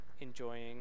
enjoying